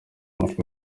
mutwe